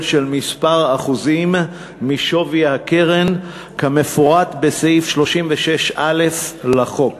של מספר אחוזים משווי הקרן כמפורט בסעיף 36(א) לחוק